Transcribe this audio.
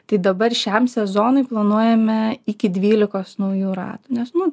tai dabar šiam sezonui planuojame iki dvylikos naujų ratų nes nu